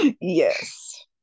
Yes